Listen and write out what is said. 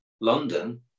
London